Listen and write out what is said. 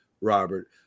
Robert